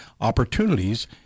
opportunities